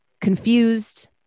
confused